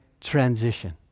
transition